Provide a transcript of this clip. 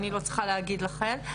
אני לא צריכה להגיד לכם.